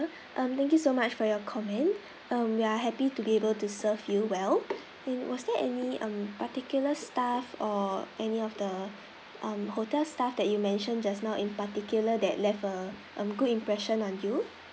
um thank you so much for your comment ah we are happy to be able to serve you well it was there any mm particular staff or any of the mm hotel staff that you mentioned just now in particular that left a good impression on you